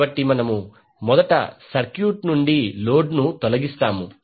కాబట్టి మనము మొదట సర్క్యూట్ నుండి లోడ్ ను తొలగిస్తాము